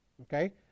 Okay